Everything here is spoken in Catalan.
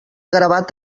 gravat